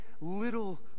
little